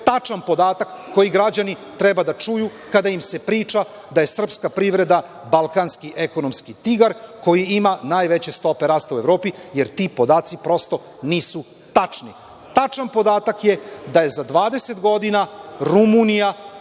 tačan podatak koji građani treba da čuju kada im se priča da je srpska privreda „balkanski ekonomski tigar“ koji ima najveće stope rasta u Evropi, jer ti podaci prosto nisu tačni. Tačan podatak je da je za 20 godina Rumunija